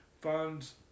funds